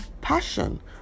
passion